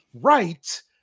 right